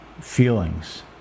feelings